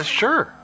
sure